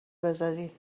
بذاری